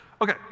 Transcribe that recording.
Okay